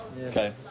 Okay